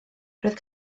roedd